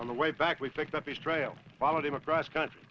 on the way back we picked up his trail followed him across country